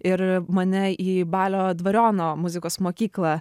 ir mane į balio dvariono muzikos mokyklą